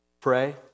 pray